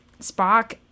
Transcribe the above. Spock